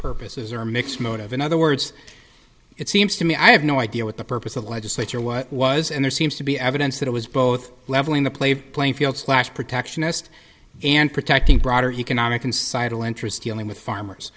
purposes or mixed motive in other words it seems to me i have no idea what the purpose of legislature why it was and there seems to be evidence that it was both leveling the play playing fields last protectionist and protecting broader economic and sidle interest yelling with farmers